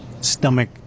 stomach